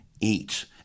eat